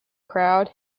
crowd